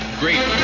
great